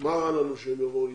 מה רע לנו שהם יבואו לישראל,